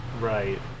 right